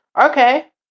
Okay